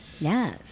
yes